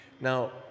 Now